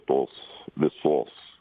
tos visos